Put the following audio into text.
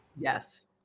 Yes